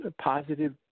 positive